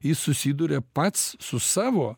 jis susiduria pats su savo